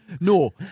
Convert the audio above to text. No